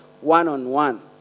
one-on-one